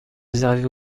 réservés